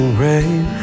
rain